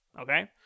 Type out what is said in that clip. Okay